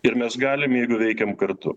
ir mes galim jeigu veikiam kartu